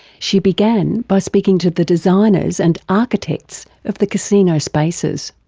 she began by speaking to the designers and architects of the casino spaces.